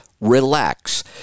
relax